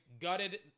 gutted